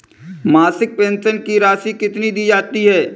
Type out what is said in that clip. मासिक पेंशन की राशि कितनी दी जाती है?